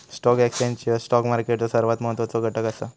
stock exchange ह्यो stock मार्केटचो सर्वात महत्वाचो घटक असा